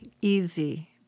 easy